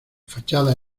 fachada